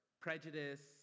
prejudice